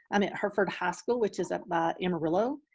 i'm at hereford high school, which is up by amarillo.